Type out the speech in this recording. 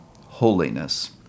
holiness